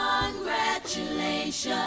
Congratulations